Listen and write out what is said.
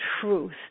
truth